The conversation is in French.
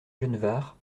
genevard